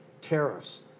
tariffs